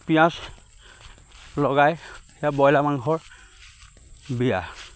পিঁয়াজ লগাই সেইয়া ব্ৰইলাৰ মাংসৰ বিয়া